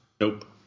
Nope